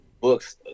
books